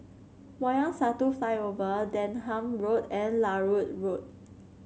Wayang Satu Flyover Denham Road and Larut Road